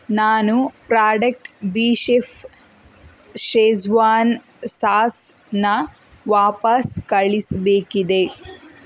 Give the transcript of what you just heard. ನಾನು ಪ್ರಾಡಕ್ಟ್ ಬೀಷೆಫ್ ಷೆಜ್ವಾನ್ ಸಾಸನ್ನು ವಾಪಸ್ ಕಳಿಸಬೇಕಿದೆ